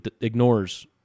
ignores